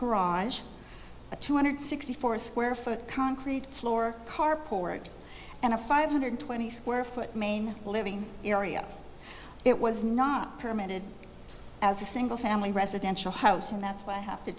garage a two hundred sixty four square foot concrete floor haarp forward and a five hundred twenty square foot main living area it was not permitted as a single family residential house and that's why i have to